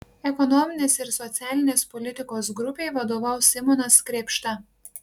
ekonominės ir socialinės politikos grupei vadovaus simonas krėpšta